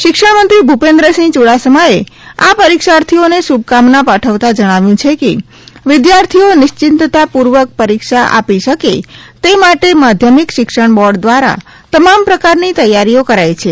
શિક્ષણમંત્રી ભુપેન્દ્રસિંહ યુડાસમાએ આ પરીક્ષાર્થીઓને શુભકામના પાઠવતા જણાવ્યું છે કે વિદ્યાર્થીઓ નિશ્ચિતતાપૂર્વક પરીક્ષાઓ આપી શકે તે માટે માધ્યમિક શિક્ષણ બોર્ડ દ્વારા તમામ પ્રકારની તૈયારીઓ કરાઈ છે